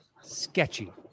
sketchy